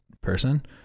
person